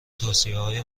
توصیههای